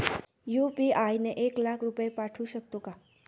UPI ने एक लाख रुपये पाठवू शकतो का?